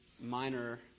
minor